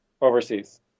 overseas